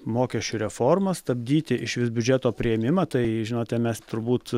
mokesčių reformą stabdyti išvis biudžeto priėmimą tai žinote mes turbūt